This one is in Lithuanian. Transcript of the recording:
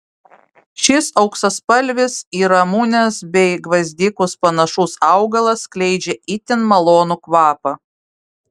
šis auksaspalvis į ramunes bei gvazdikus panašus augalas skleidžia itin malonų kvapą